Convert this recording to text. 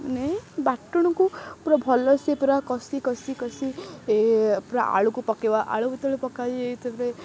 ମାନେ ବାଟଣକୁ ପୁରା ଭଲସେ ପୁରା କଷି କଷି କଷି ପୁରା ଆଳୁକୁ ପକେଇବା ଆଳୁ ଯେତେବେଳେ ପକାଯାଇ ତା'ପରେ